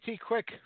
Quick